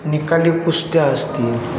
निकाली कुस्त्या असतील